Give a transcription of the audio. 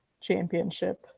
Championship